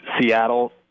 Seattle